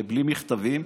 בלי מכתבים,